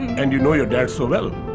and you know your dad so well.